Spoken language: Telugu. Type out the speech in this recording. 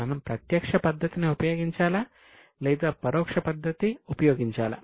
మనం ప్రత్యక్ష పద్ధతి ఉపయోగించాలా లేదా పరోక్ష పద్ధతి ఉపయోగించాలా